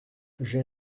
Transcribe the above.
j’ai